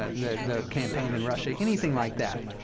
and the the campaign and russia, anything like that.